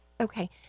Okay